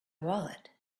wallet